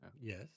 Yes